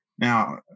Now